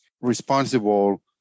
responsible